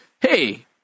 hey